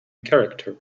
character